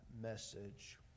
message